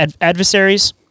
adversaries